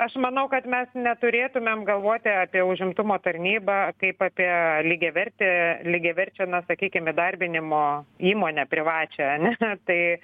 aš manau kad mes neturėtumėm galvoti apie užimtumo tarnybą kaip apie lygiavertį lygiaverčio na sakykim įdarbinimo įmonę privačią ane tai